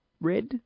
red